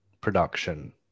production